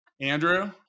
Andrew